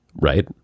Right